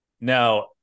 now